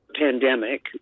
pandemic